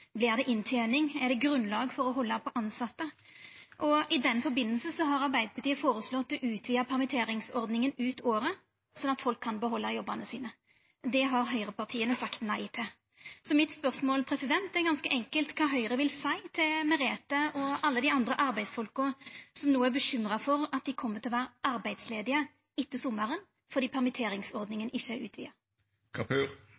det inntening? Er det grunnlag for å halda på tilsette? I samband med det har Arbeidarpartiet føreslått å utvida permitteringsordninga ut året, sånn at folk kan behalda jobbane sine. Det har høgrepartia sagt nei til. Så mitt spørsmål er ganske enkelt kva Høgre vil seia til Merethe og alle dei andre arbeidsfolka som no er bekymra for at dei kjem til å vera arbeidslause etter sommaren fordi